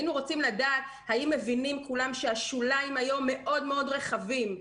היינו רוצים לדעת האם מבינים כולם שהשוליים היום מאוד מאוד רחבים.